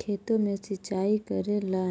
खेतों में सिंचाई करे ला